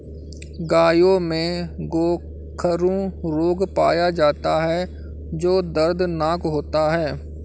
गायों में गोखरू रोग पाया जाता है जो दर्दनाक होता है